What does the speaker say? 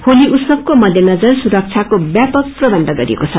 होली उत्सक्वो मध्यनजर सुरक्षको व्यापक प्रकन्थ गरिएको छ